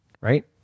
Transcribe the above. right